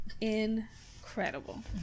incredible